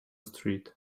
street